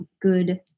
good